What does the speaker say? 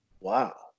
Wow